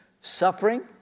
suffering